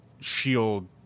shield